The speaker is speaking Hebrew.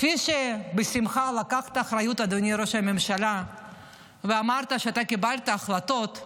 כפי שבשמחה לקחת אחריות ואמרת שאתה קיבלת החלטות,